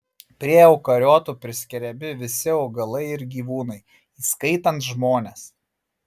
prie eukariotų priskiriami visi augalai ir gyvūnai įskaitant žmones